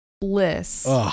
bliss